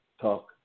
Talk